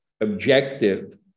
objective